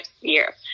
year